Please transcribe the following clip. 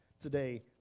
today